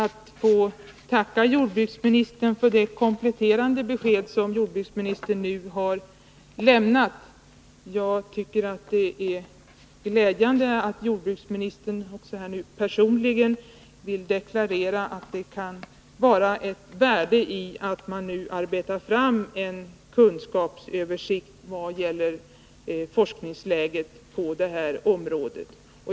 Herr talman! Jag ber att få tacka för det kompletterande besked som jordbruksministern nu har lämnat. Jag tycker det är glädjande att jordbruksministern personligen vill deklarera att det kan vara ett värde i att man nu arbetar fram en kunskapsöversikt vad gäller forskningsläget på det här området.